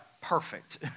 perfect